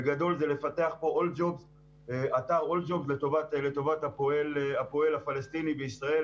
בגדול זה לפתח פה אתר אול-ג'וב לטובת הפועל הפלסטיני בישראל.